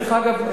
דרך אגב,